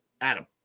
Adam